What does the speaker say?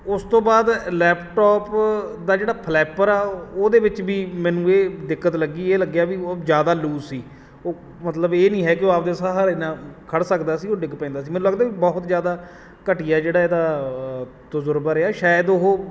ਉਸ ਤੋਂ ਬਾਅਦ ਲੈਪਟੋਪ ਦਾ ਜਿਹੜਾ ਫਲੈਪਰ ਆ ਉਹਦੇ ਵਿੱਚ ਵੀ ਮੈਨੂੰ ਇਹ ਦਿੱਕਤ ਲੱਗੀ ਇਹ ਲੱਗਿਆ ਵੀ ਉਹ ਜ਼ਿਆਦਾ ਲੂਜ਼ ਸੀ ਉਹ ਮਤਲਬ ਇਹ ਨਹੀਂ ਹੈ ਕਿ ਉਹ ਆਪਦੇ ਸਹਾਰੇ ਨਾਲ ਖੜ੍ਹ ਸਕਦਾ ਸੀ ਉਹ ਡਿੱਗ ਪੈਂਦਾ ਸੀ ਮੈਨੂੰ ਲੱਗਦਾ ਵੀ ਬਹੁਤ ਜ਼ਿਆਦਾ ਘਟੀਆ ਜਿਹੜਾ ਇਹਦਾ ਤਜ਼ਰਬਾ ਰਿਹਾ ਸ਼ਾਇਦ ਉਹ